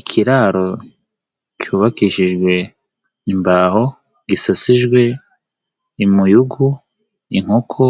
Ikiraro cyubakishijwe imbaho, gisasijwe imuyugu. Inkoko